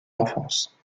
enfance